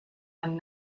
and